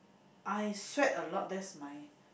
I sweat a lot that's my